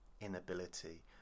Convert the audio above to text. inability